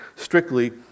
Strictly